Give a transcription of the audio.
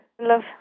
love